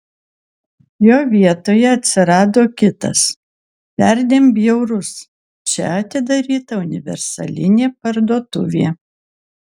jo vietoje atsirado kitas perdėm bjaurus čia atidaryta universalinė parduotuvė